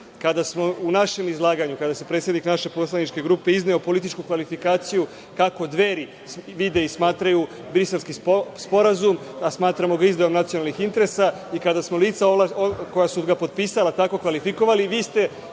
109.Kada smo u našem izlaganju, kada se predsednik naše poslaničke grupe, izneo političku kvalifikaciju kako Dveri vide i smatraju Briselski sporazum, a smatramo ga izdajom nacionalnih interesa, i kada smo lica koja su ga potpisala tako kvalifikovali, vi ste,